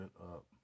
up